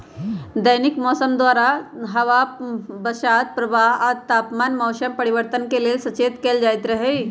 दैनिक मौसम द्वारा हवा बसात प्रवाह आ तापमान मौसम परिवर्तन के लेल सचेत कएल जाइत हइ